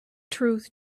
truth